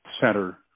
center